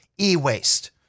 e-waste